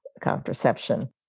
contraception